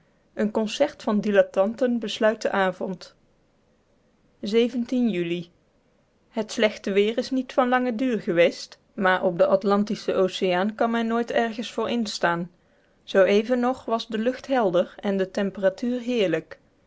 een concert van dilettanten besluit den avond juli het slechte weer is niet van langen duur geweest maar op den atlantischen oceaan kan men nooit ergens voor instaan zooeven nog was de lucht helder en de temperatuur heerlijk